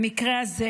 במקרה הזה,